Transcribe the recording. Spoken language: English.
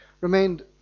remained